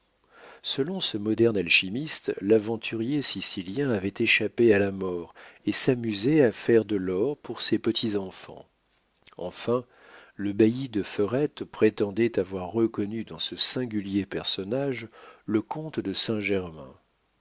selon ce moderne alchimiste l'aventurier sicilien avait échappé à la mort et s'amusait à faire de l'or pour ses petits-enfants enfin le bailli de ferette prétendait avoir reconnu dans ce singulier personnage le comte de saint-germain